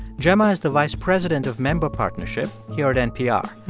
gemma is the vice president of member partnership here at npr.